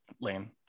Lane